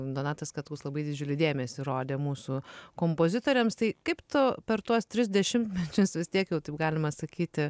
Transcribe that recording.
donatas katkus labai didžiulį dėmesį rodė mūsų kompozitoriams tai kaip tu per tuos tris dešimtmečius vis tiek jau taip galima sakyti